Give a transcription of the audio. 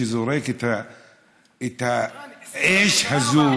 שזורק את האש הזאת,